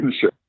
Sure